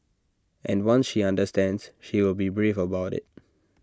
and once she understands she will be brave about IT